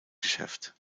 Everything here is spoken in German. geschäft